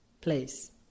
place